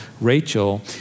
Rachel